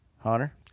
Hunter